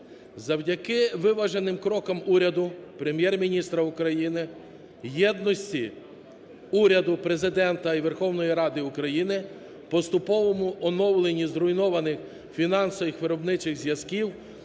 Завдяки виваженим крокам уряду, Прем'єр-міністра України, єдності уряду, Президента і Верховної Ради України в поступовому оновленні зруйнованих фінансових виробничих зв'язків,